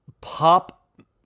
pop